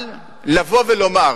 אבל לבוא ולומר